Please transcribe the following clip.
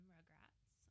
Rugrats